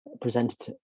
Presented